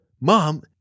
Mom